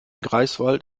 greifswald